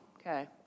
okay